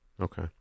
Okay